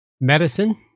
Medicine